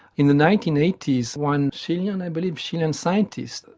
in the nineteen eighty s one chilean, i believe, chilean scientist,